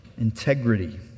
integrity